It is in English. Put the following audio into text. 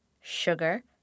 sugar